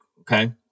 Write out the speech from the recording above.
okay